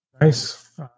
Nice